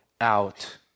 out